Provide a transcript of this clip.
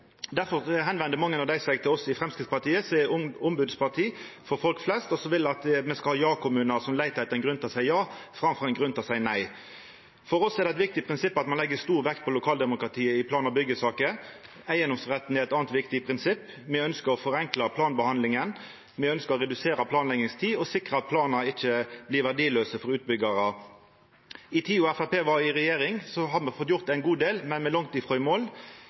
mange av dei seg til oss i Framstegspartiet, som er eit ombodsparti for folk flest, og som vil at me skal ha ja-kommunar som leitar etter ein grunn til å seia ja framfor ein grunn til å seia nei. For oss er det eit viktig prinsipp at ein legg stor vekt på lokaldemokratiet i plan- og byggjesaker. Eigedomsretten er eit anna viktig prinsipp. Me ynskjer å forenkla planbehandlinga, redusera planleggingstida og sikra at planar ikkje blir verdilause for utbyggjarar. I tida då Framstegspartiet var i regjering, fekk me gjort ein god del, men me er langt frå i mål.